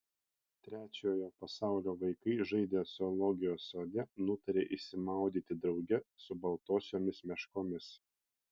trečiojo pasaulio vaikai žaidę zoologijos sode nutarė išsimaudyti drauge su baltosiomis meškomis